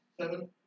seven